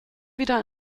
wieder